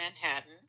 Manhattan